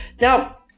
Now